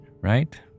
right